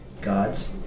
Gods